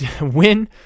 win